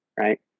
right